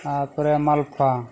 ᱛᱟᱯᱚᱨᱮ ᱢᱟᱞᱯᱚᱣᱟ